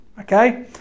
okay